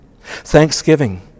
Thanksgiving